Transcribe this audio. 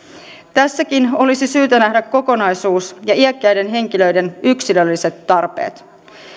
tässäkin olisi syytä nähdä kokonaisuus ja iäkkäiden henkilöiden yksilölliset tarpeet